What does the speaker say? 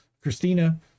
Christina